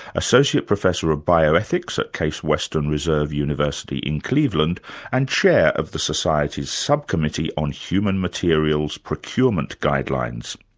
associate professor of bioethics at case western reserve university in cleveland and chair of the society's subcommittee on human materials procurement guidelines.